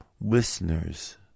listeners